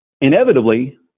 inevitably